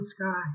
sky